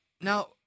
Now